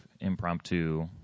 impromptu